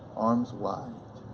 arms wide,